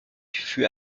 fut